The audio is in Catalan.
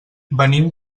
venim